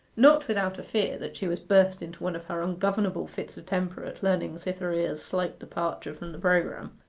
not without a fear that she would burst into one of her ungovernable fits of temper at learning cytherea's slight departure from the programme.